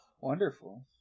Wonderful